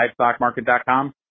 LivestockMarket.com